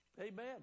Amen